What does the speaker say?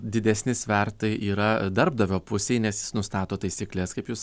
didesni svertai yra darbdavio pusėj nes jis nustato taisykles kaip jūs sakot